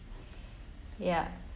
ya